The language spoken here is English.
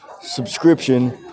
subscription